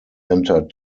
entered